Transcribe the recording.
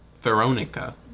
veronica